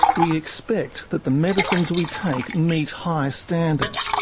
we expect that the medicines we take meet high standards,